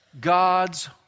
God's